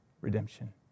redemption